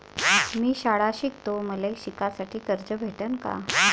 मी शाळा शिकतो, मले शिकासाठी कर्ज भेटन का?